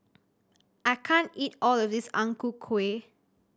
I can't eat all of this Ang Ku Kueh